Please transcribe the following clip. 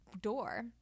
door